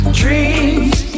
dreams